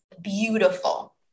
beautiful